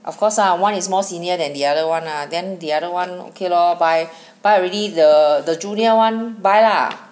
of course lah one is more senior than the other one lah then the other one okay lor buy buy already the the junior one buy lah